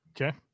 Okay